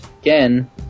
again